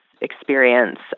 experience